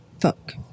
fuck